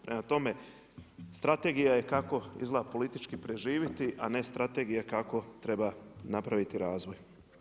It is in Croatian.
Prema tome, strategija je kako izgleda politički preživjeti, a ne strategija kako treba napraviti razvoj.